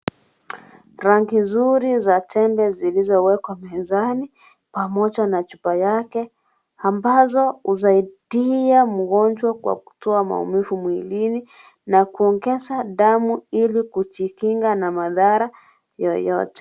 Rangi zuri za tembe zilizowekwa mezani pamoja na chupopa yake ambazo husaidia mgonjwa kwa kutoa maumivu mwilini na kuoneza damu ili kujikinga na madhara yoyote .